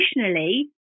additionally